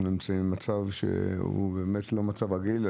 אנחנו נמצאים במצב שהוא לא מצב רגיל.